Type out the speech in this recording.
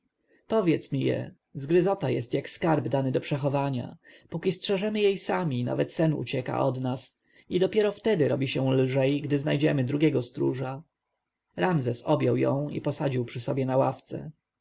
powiedz mi je zgryzota jest jak skarb dany do przechowania póki strzeżemy jej sami nawet sen ucieka od nas i dopiero wtedy robi się lżej gdy znajdziemy drugiego stróża ramzes objął ją i posadził przy sobie na ławce